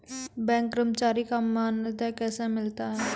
Bank कर्मचारी का मानदेय कैसे मिलता हैं?